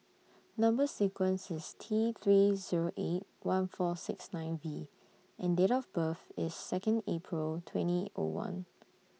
Number sequence IS T three Zero eight one four six nine V and Date of birth IS Second April twenty O one